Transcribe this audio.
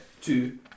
Two